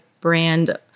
brand